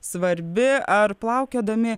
svarbi ar plaukiodami